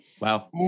Wow